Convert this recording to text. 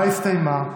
ההצבעה הסתיימה.